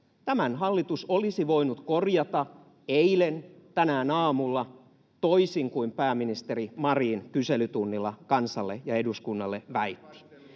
Tämän hallitus olisi voinut korjata eilen, tänään aamulla, toisin kuin pääministeri Marin kyselytunnilla kansalle ja eduskunnalle väitti.